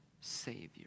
Savior